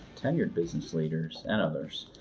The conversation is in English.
tenured business leaders, and others.